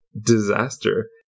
disaster